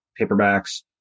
paperbacks